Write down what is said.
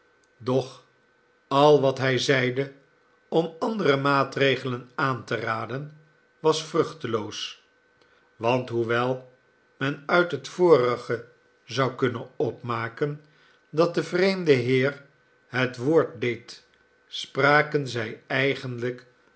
doch al wat hij zeide om andere maatregelen aan te raden was vruchteloos want hoewel men uit het vorige zou kunnen oprnaken dat de vreemde heer het woord deed spraken zij eigenlijk